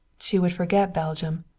she would forget belgium,